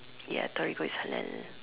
ya Torigo is halal